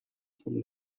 vom